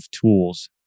tools